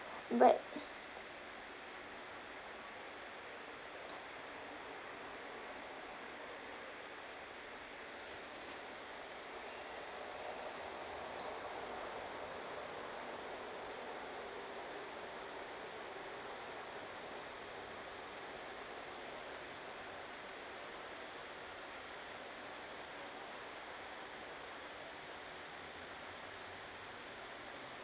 but